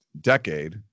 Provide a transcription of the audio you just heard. decade